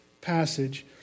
passage